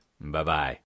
Bye-bye